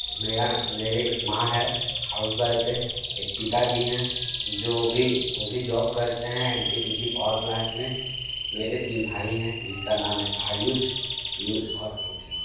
मेरा मेरी एक माँ है हाउस वाइफ है एक पिताजी हैं जो भी वो भी जॉब करते हैं N T P C power plant में मेरे तीन भाई हैं जिसका नाम है आयुष पीयुष और अंकित